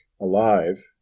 alive